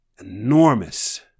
enormous